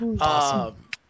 Awesome